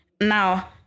Now